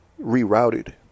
rerouted